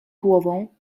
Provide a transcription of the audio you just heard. głową